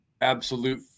absolute